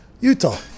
Utah